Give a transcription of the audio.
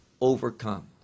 overcome